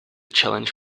challenge